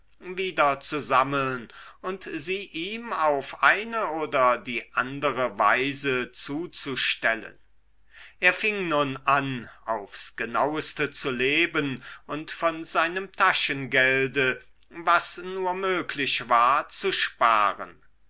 wieder zu sammeln und sie ihm auf eine oder die andere weise zuzustellen er fing nun an aufs genaueste zu leben und von seinem taschengelde was nur möglich war zu sparen